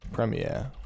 Premiere